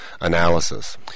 analysis